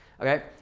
okay